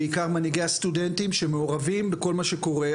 בעיקר מנהיגי הסטודנטים שמעורבים בכל מה שקורה.